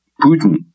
Putin